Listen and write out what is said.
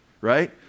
right